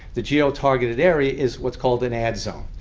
the geo-targeted area is what's called an ad zone.